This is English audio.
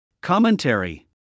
Commentary